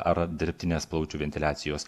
ar dirbtinės plaučių ventiliacijos